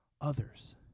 Others